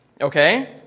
okay